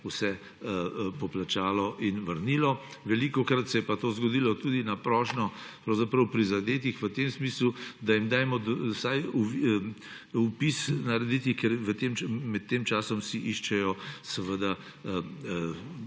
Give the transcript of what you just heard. vse poplačalo in vrnilo. Velikokrat se je pa to zgodilo tudi na prošnjo prizadetih v tem smislu, da jim dajmo vsaj vpis narediti, ker med tem časom si iščejo posel,